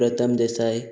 प्रथम देसाय